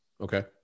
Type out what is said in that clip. Okay